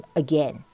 again